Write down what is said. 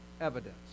evidence